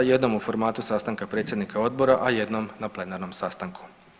Jednom u formatu sastanka predsjednika odbora, a jednom na plenarnom sastanku.